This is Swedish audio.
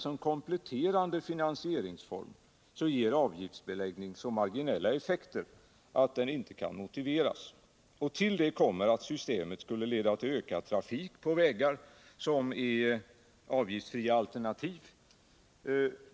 T. o. m. som kompleuerande finansieringsform ger avgiftsbeläggningen så marginella effekter att den inte kan motiveras. Till det kommer att systemet skulle leda till ökad trafik på de vägar som utgör avgiftsfria alternativ.